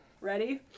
Ready